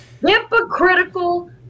Hypocritical